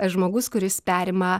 žmogus kuris perima